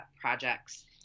projects